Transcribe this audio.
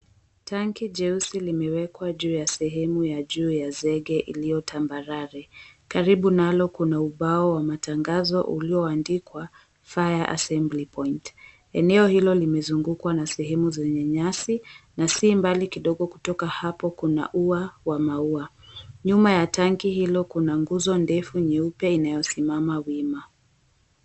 Tanki jeusi limewekwa juu ya sehemu ya juu ya zege iliyo tambarare. Karibu nalo kuna ubao wa matangazo ulioandikwa, Fire Assembly Point. Eneo hilo limezungukwa na sehemu zenye nyasi na si mbali kidogo kutoka hapo kuna ua wa maua. Nyuma ya tangi hilo kuna nguzo ndefu nyeupe inayosimama wima.